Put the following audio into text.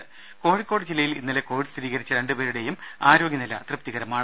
രെ കോഴിക്കോട് ജില്ലയിൽ ഇന്നലെ കോവിഡ് സ്ഥിരീകരിച്ച രണ്ടു പേരുടേയും ആരോഗ്യനില തൃപ്തികരമാണ്